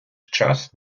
час